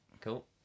cool